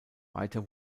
weiter